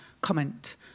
comment